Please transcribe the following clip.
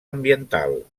ambiental